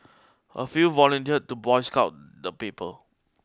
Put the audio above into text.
a few volunteered to boycott the paper